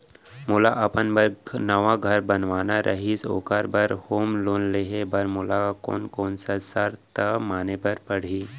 मोला अपन बर नवा घर बनवाना रहिस ओखर बर होम लोन लेहे बर मोला कोन कोन सा शर्त माने बर पड़ही?